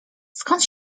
skąd